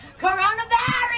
Coronavirus